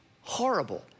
horrible